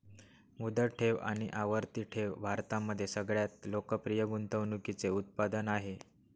मुदत ठेव आणि आवर्ती ठेव भारतामध्ये सगळ्यात लोकप्रिय गुंतवणूकीचे उत्पादन आहे